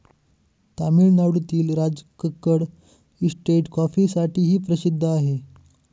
तामिळनाडूतील राजकक्कड इस्टेट कॉफीसाठीही प्रसिद्ध आहे